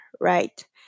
right